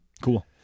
Cool